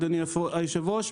אדוני היושב-ראש,